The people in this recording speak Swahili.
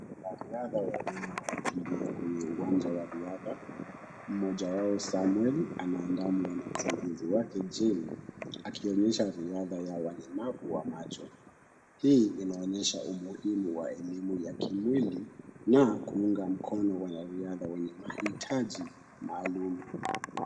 Wanariadha wawili wanakimbia kwenye uwanja wa riadha. Mmoja wao Samuel anaandamwa na msaidizi wake Jeal, akionyesha riadha ya walemavu wa macho. Hii inaonyesha umuhimu wa elimu ya kimwili na kuunga mkono wanariadha wenye mahitaji maalum.